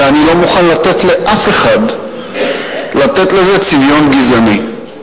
ואני לא מוכן לתת לאף אחד לתת לזה צביון גזעני.